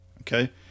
Okay